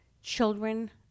children